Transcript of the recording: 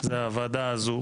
זאת הוועדה הזאת.